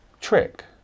trick